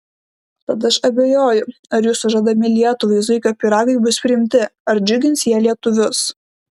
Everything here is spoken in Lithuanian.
tad aš abejoju ar jūsų žadami lietuvai zuikio pyragai bus priimti ar džiugins jie lietuvius